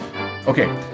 Okay